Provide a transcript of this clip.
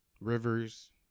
rivers